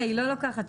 היא לא אורכת שנים.